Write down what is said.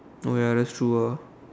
oh ya that's true ah